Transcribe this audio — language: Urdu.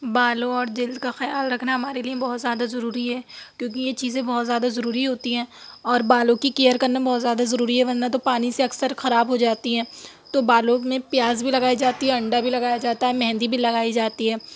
بالوں اور دل کا خیال رکھنا ہمارے لیے بہت زیادہ ضروری ہے کیوں کہ یہ چیزیں بہت زیادہ ضروری ہوتی ہیں اور بالوں کی کیئر کرنا بہت زیادہ ضروری ہے ورنہ تو پانی سے اکثر خراب ہو جاتی ہیں تو بالوں میں پیاز بھی لگائی جاتی ہے اور انڈا بھی لگایا جاتا ہے اور مہندی بھی لگائی جاتی ہے